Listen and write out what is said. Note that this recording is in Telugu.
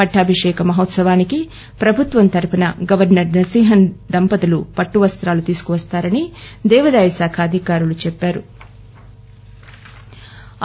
పట్లాభిషేక మహోత్సవానికి ప్రభుత్వం తరపున గవర్నర్ నరసింహన్ దంపతు పట్లువస్త్రు తీసుకవస్తారని దేవాదాయ శాఖ అధికాయి చెప్పారు